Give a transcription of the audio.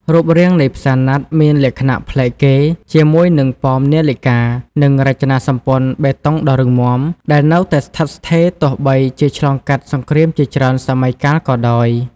រូបរាងនៃផ្សារណាត់មានលក្ខណៈប្លែកគេ ជាមួយនឹងប៉មនាឡិកា និងរចនាសម្ព័ន្ធបេតុងដ៏រឹងមាំ ដែលនៅតែស្ថិតស្ថេរទោះបីជាឆ្លងកាត់សង្គ្រាមជាច្រើនសម័យកាលក៏ដោយ។